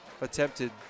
attempted